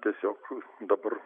tiesiog dabar